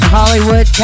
Hollywood